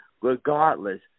regardless